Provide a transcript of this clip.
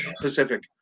Pacific